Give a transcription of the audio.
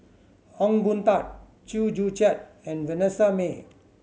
Ong Boon Tat Chew Joo Chiat and Vanessa Mae